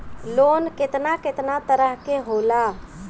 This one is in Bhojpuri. लोन केतना केतना तरह के होला?